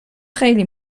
خیلی